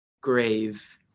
grave